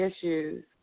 issues